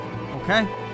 Okay